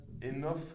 enough